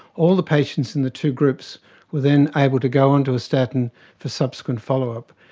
all the patients in the two groups were then able to go onto a statin for subsequent follow-up.